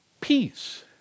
peace